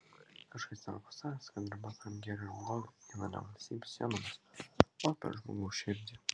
kažkas yra pasakęs kad riba tarp gėrio ir blogio eina ne valstybių sienomis o per žmogaus širdį